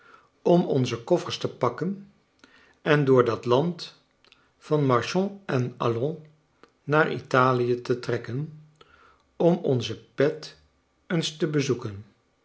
am onze koffers te pakken en door dat land van marchons en allons naar italie te trekken om onze pet eens te bezoeken